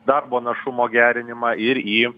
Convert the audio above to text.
darbo našumo gerinimą ir į